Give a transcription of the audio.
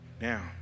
Now